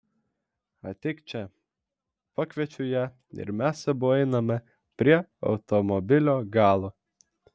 ateik čia pakviečiu ją ir mes abu einame prie automobilio galo